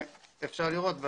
אפשר לראות ,